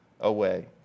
away